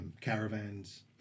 caravans